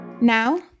Now